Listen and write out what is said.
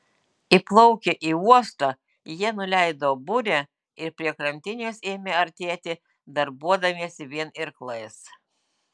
įplaukę į uostą jie nuleido burę ir prie krantinės ėmė artėti darbuodamiesi vien irklais